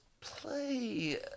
play